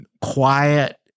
quiet